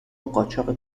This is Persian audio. قاچاق